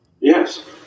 Yes